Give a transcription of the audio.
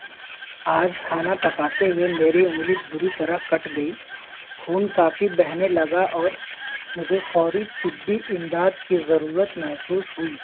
آج کھانا پکاتے ہوئے میری انگلی بری طرح کٹ گئی خون کافی بہنے لگا اور مجھے فوری طبی امداد کی ضرورت محسوس ہوئی